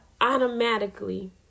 automatically